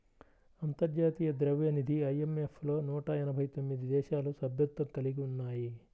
అంతర్జాతీయ ద్రవ్యనిధి ఐ.ఎం.ఎఫ్ లో నూట ఎనభై తొమ్మిది దేశాలు సభ్యత్వం కలిగి ఉన్నాయి